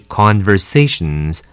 conversations